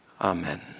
Amen